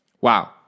Wow